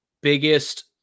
biggest